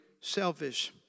selfish